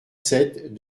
sept